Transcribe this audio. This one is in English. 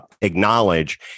acknowledge